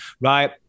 right